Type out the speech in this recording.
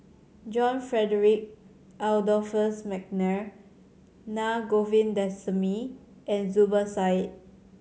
John Frederick Adolphus McNair Na Govindasamy and Zubir Said